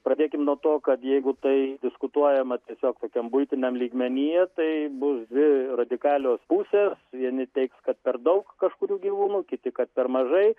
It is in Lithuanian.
pradėkim nuo to kad jeigu tai diskutuojama tiesiog tokiam buitiniam lygmenyje tai bus dvi radikalios pusės vieni teigs kad per daug kažkurių gyvūnų kiti kad per mažai